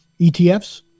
ETFs